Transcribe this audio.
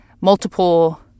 multiple